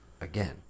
again